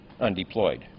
undeployed